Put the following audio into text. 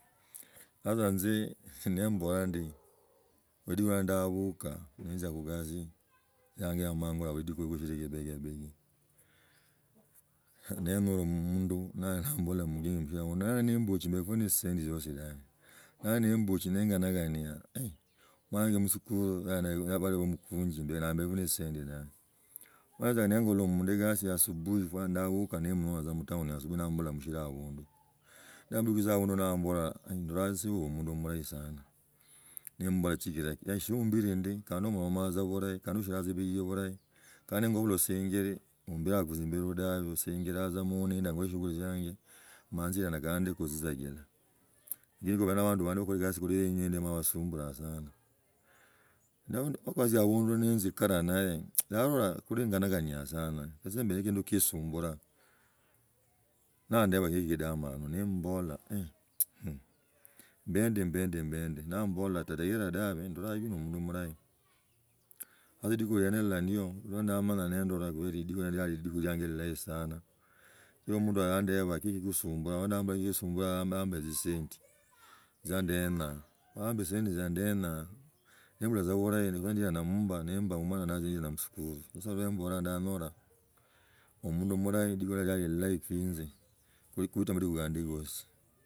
Sasa nzi, nimbola ndi, liduka lia ndaabuka, ninzia kugasi yangu yamala kala ya shibigabigi, nenyola omundu naye naambola muyinge, mushire abundu na ndi n bishiri mbiku ne tshisindi chiosi dabe nali nimbuehi nkanakananga, mwana wanje khusikhulu yabalaba mikunji mbe nambeku ni tzisendi dabe. Vaatza ndeekula omunda egosi asubuki kandi ndaabuka ning’ona tza mutawni asubuhi nampala mushere abundu murahi. Sana nimba chi kilaku ya shwmbila ndi molomu tza bulahi, kandi. Ngobala asinjire, emmbiraka jimbilo dabe sinjilakho noonina khushuguli tzianje manzira gandi kuzisajila lakini kuli na abandu bandi kugasi usinga lieng hilyo bamala basumbumbulaa sana wakazia abundu ninzikala nnaye yalolaa kuli nganakaniaa sana. Isi mba na kindu kisumburaa na ndeba ki kidomoni nimmbala mbiendi, mbiendi, mbeendi niyambola ta, ndolaa iba no amundu murahi sa lidiku lieni hila ndiyo lwa ndaamala niindolako wa lidiku lianje hilahi sana sia omunda niyandeba kiki kisumburaa nimboraa, yambaa tzisendi, tziandenaa, wamb tzisenti tzia ndeenaa nebula tza bulahi, nenziajtza emmumba, nimbaa tza omwona na alziza musikutu: isi khamboja ndanyora omundu murahi lidiku hilio liaba lilaha khuinze.